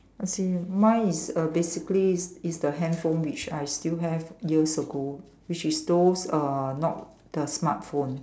I see mine is uh basically is is the handphone which I still have years ago which is those uh not the smartphone